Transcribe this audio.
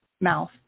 mouth